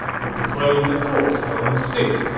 with the clones of course following suit,